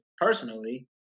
personally